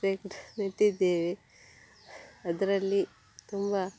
net ನೆಟ್ಟಿದ್ದೇವೆ ಅದರಲ್ಲಿ ತುಂಬ